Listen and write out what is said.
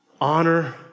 Honor